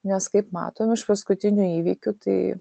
nes kaip matom iš paskutinių įvykių tai